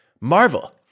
marvel